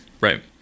Right